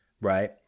right